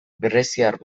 greziar